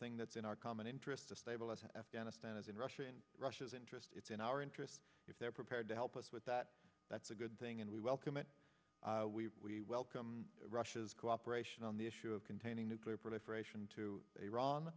thing that's in our common interest to stabilize afghanistan is in russia in russia's interest it's in our interest if they're prepared to help us with that that's a good thing and we welcome it we welcome russia's cooperation on the issue of containing nuclear proliferation to iran